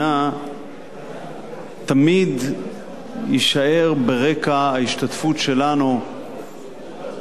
תמיד יישאר ברקע ההשתתפות שלנו באולימפיאדה